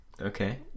Okay